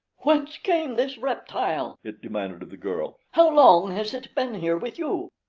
whence came this reptile? it demanded of the girl. how long has it been here with you?